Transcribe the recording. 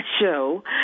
show